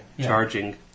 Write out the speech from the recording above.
charging